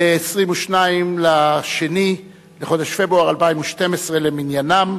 22 לחודש פברואר 2012 למניינם,